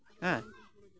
ᱦᱮᱸ